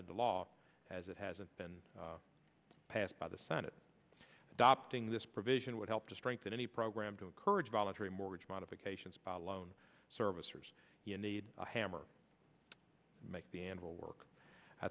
into law as it hasn't been passed by the senate adopting this provision would help to strengthen any program to encourage voluntary mortgage modifications by loan servicers you need a hammer and make the animal work i